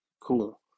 cool